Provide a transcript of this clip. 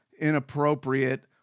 inappropriate